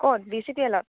ক'ত B C P L ত